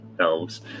elves